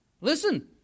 Listen